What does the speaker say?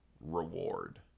reward